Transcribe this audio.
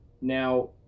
now